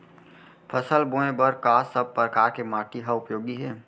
फसल बोए बर का सब परकार के माटी हा उपयोगी हे?